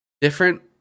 different